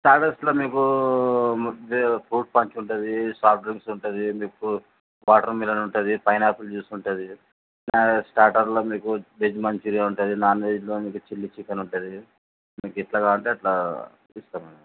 స్టార్టర్స్లో మీకు ముందే fruit punch ఉంటుంది సాఫ్ట్ డ్రింక్స్ ఉంటుంది మీకు ఫ్రూ వాటర్ మిలన్ ఉంటుంది పైనాపిల్ జ్యూస్ ఉంటుంది అలాగే స్టార్టర్లో మీకు వెజ్ మంచురియా ఉంటుంది నాన్ వెజ్లో మీకు చిల్లీ చికెన్ ఉంటుంది మీకు ఎట్లా కావాలంటే అట్లా ఇస్తాం